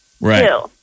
Right